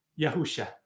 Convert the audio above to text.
Yahusha